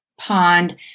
pond